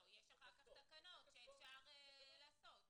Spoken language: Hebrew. יש אחר כך תקנות שאפשר לעשות.